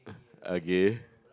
okay